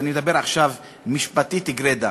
ואני מדבר עכשיו משפטית גרידא,